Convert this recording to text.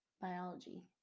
biology